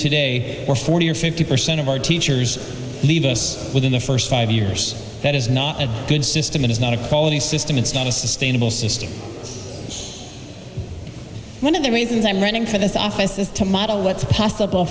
today or forty or fifty percent of our teachers leave us within the first five years that is not a good system it is not a quality system it's not a sustainable system one of the reasons i'm running for this office is to model what's possible